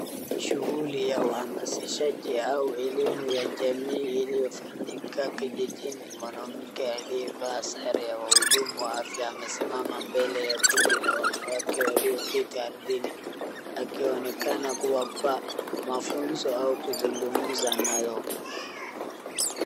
Shughuli ya waamasishaji au elimu ya jamii iliyofanyika mwanamke aliyevaa sare ya wahudumu wa afya amesimama mbele ya kundi la wanawake walioketi arthini akionekana kuwapa mafunzo au kuzungumza na wao.